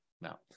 now